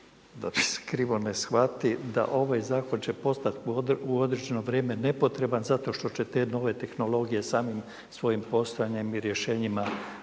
da me se krivo ne shvati, da ovaj Zakon će postati u određeno vrijeme nepotreban zato što će te nove tehnologije samim svojim postojanjem i rješenjima